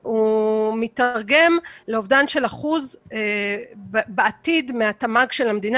מיתרגם לאובדן של 1% בעתיד מהתמ"ג של המדינה,